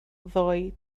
ddoi